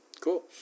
cool